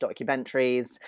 documentaries